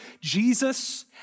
Jesus